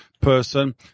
person